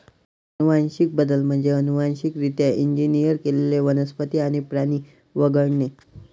अनुवांशिक बदल म्हणजे अनुवांशिकरित्या इंजिनियर केलेले वनस्पती आणि प्राणी वगळणे